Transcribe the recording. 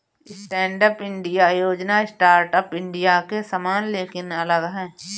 stand up India योजना startup India के समान लेकिन अलग है